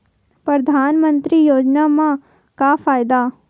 परधानमंतरी योजना म का फायदा?